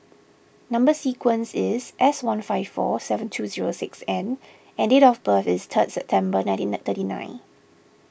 Number Sequence is S one five four seven two zero six N and date of birth is three September nineteen thirty nine